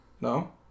No